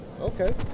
Okay